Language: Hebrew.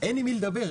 אין עם מי לדבר.